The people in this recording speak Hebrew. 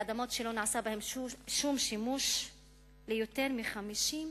מדובר באדמות שלא נעשה בהן שום שימוש במשך יותר מ-50 שנה.